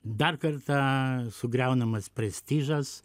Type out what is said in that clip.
dar kartą sugriaunamas prestižas